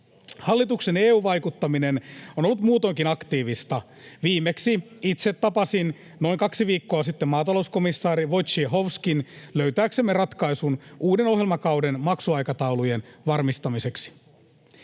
Hallituksen EU-vaikuttaminen on ollut muutoinkin aktiivista. Itse tapasin viimeksi noin kaksi viikkoa sitten maatalouskomissaari Wojciechowskin löytääksemme ratkaisun uuden ohjelmakauden maksuaikataulujen varmistamiseksi.